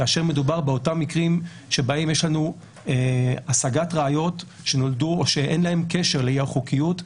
כאשר מדובר על מקרים שבהם יש השגת ראיות שאין להן קשר לאי-חוקיות,